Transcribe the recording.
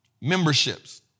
Memberships